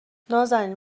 نازنین